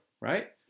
right